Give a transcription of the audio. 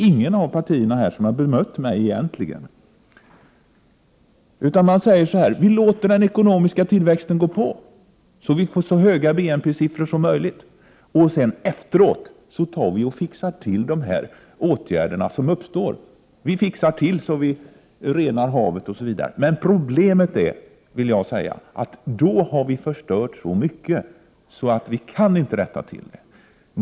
Inget av partierna här har egentligen bemött mig, utan man säger så här: Vi låter den ekonomiska tillväxten gå på så att vi får så höga BNP-siffror som möjligt, och efteråt fixar vi till de åtgärder som blir nödvändiga — att rena havet osv. Men problemet är att då har vi förstört så mycket att vi inte kan rätta till det.